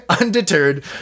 Undeterred